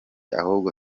ahubwo